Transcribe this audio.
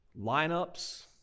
lineups